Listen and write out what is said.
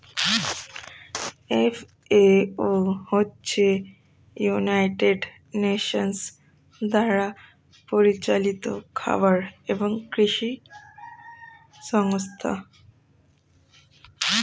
FAO হচ্ছে United Nations দ্বারা পরিচালিত খাবার এবং কৃষি সংস্থা